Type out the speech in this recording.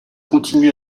continue